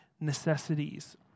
necessities